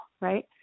Right